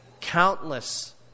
countless